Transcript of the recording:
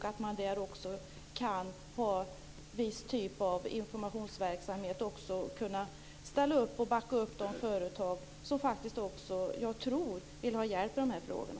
Man kan där också ha viss typ av informationsverksamhet och backa upp de företag som jag tror vill ha hjälp med de frågorna.